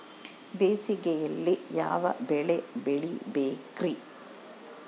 ಬೇಸಿಗೆಯಲ್ಲಿ ಯಾವ ಬೆಳೆ ಬೆಳಿಬೇಕ್ರಿ?